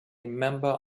member